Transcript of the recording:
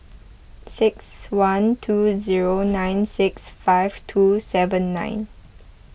six one two zero nine six five two seven nine